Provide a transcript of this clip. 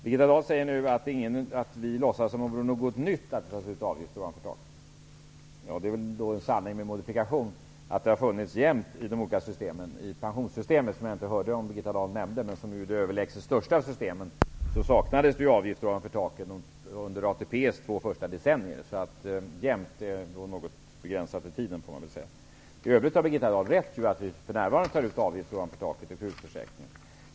Birgitta Dahl säger nu att vi låtsas som om det vore något nytt att ta ut avgifter ovanför taket. Det är en sanning med modifikation att detta har funnits jämt i de olika systemen. I pensionssystemet, som jag inte hörde om Birgitta Dahl nämnde, men som är det överlägset största systemet, saknades avgift ovanför taket under ATP:s två första decennier. Jämt är något begränsat i tiden, får man väl säga. I övrigt har Birgitta Dahl rätt i att vi för närvarande tar ut avgifter ovanför taket i sjukförsäkringen.